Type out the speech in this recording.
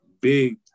big